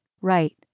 Right